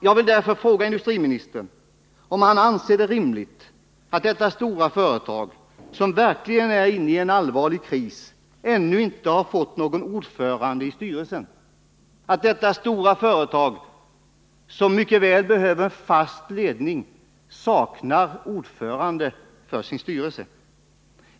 Jag vill därför fråga industriministern om han anser det rimligt att detta stora företag, som verkligen är inne i en allvarlig kris och som mycket väl behöver en fast ledning, ännu inte har någon ordförande i styrelsen.